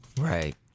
Right